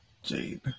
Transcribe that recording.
Jade